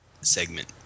segment